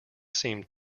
seemed